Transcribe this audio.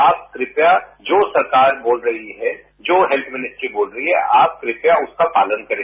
आप कृपया जो सरकार बोल रही है जो हैल्थ मिनिस्ट्री बोल रही है आप कृपया उसका पालन करें